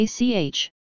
ACH